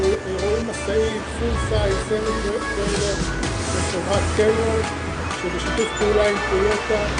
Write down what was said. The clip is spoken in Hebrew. אנחנו רואים משאית סמיטריילר של חברת --- שבשיתוף פעולה עם טויוטה,